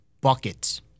buckets